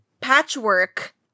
patchwork